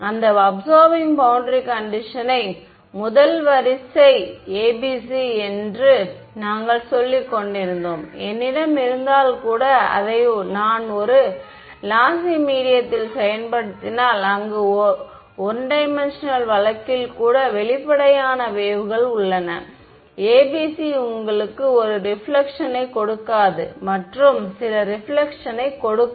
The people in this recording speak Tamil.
அந்த அபிசார்பிங் பௌண்டரி கண்டிஷனை முதல் வரிசை ABC என்று நாங்கள் சொல்லிக் கொண்டிருந்தோம் என்னிடம் இருந்தால் கூட அதை நான் ஒரு லாசி மீடியத்தில் செயல்படுத்தினால் அங்கு 1D வழக்கில் கூட வெளிப்படையான வேவ்கள் உள்ளன ABC உங்களுக்கு ஒரு ரெபிலெக்ஷனை கொடுக்காது மற்றும் சில ரெபிலெக்ஷனை கொடுக்கும்